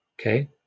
Okay